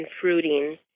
fruiting